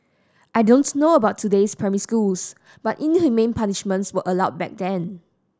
I don't know about today's primary schools but inhumane punishments was allowed back then